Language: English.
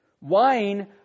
Wine